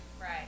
right